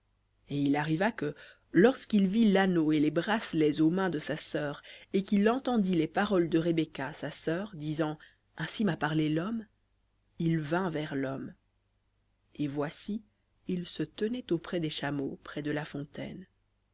et il arriva que lorsqu'il vit l'anneau et les bracelets aux mains de sa sœur et qu'il entendit les paroles de rebecca sa sœur disant ainsi m'a parlé l'homme il vint vers l'homme et voici il se tenait auprès des chameaux près de la fontaine